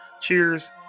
Cheers